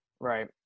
right